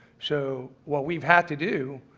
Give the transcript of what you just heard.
so what we've had to do,